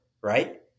right